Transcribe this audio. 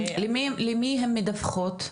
למי הן מדווחות?